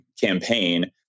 campaign